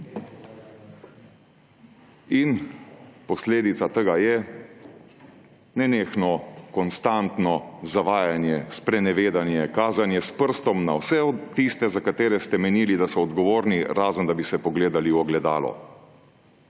In posledica tega je nenehno, konstantno zavajanje, sprenevedanje, kazanje s prstom na vse tiste, za katere ste menili da so odgovorni, razen da bi se pogledali v ogledalo.